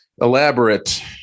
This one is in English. elaborate